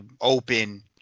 Open